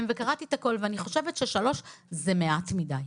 וקראתי את הכול ואני חושבת ששלוש זה מעט מדי.